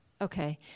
Okay